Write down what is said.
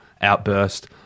outburst